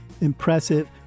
impressive